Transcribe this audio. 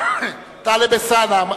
טלב אלסאנע,